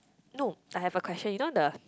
no I have a question you know the